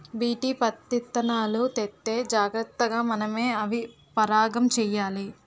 BT పత్తిత్తనాలు తెత్తే జాగ్రతగా మనమే అవి పరాగం చెయ్యాలి